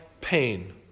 pain